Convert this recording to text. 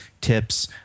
tips